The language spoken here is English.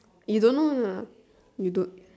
you don't know lah you don't